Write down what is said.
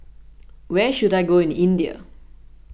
where should I go in India